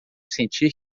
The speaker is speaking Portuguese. sentir